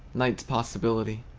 night's possibility!